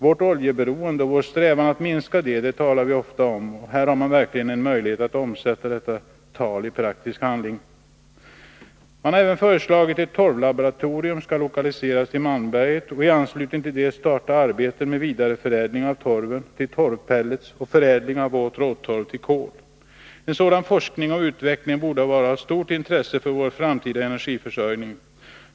Vårt oljeberoende och vår strävan att minska det talas det ofta om, och här har man verkligen en möjlighet att omsätta detta tal i praktisk handling. Man har även föreslagit att ett torvlaboratorium skall lokaliseras till Malmberget och att det i anslutning till detta skall startas arbete med vidareförädling av torven till torvpellets och förädling av våt råtorv till kol. En sådan forskning och utveckling borde vara av stort intresse för vår framtida energiförsörjning.